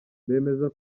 bemeza